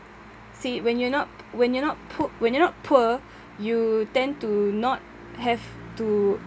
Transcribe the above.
see when you're not p~ when you're not poo~ you're not poor you tend to not have to